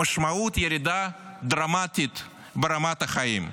המשמעותית: ירידה דרמטית ברמת החיים.